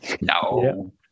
No